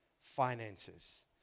finances